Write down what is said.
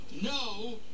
No